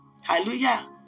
Hallelujah